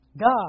God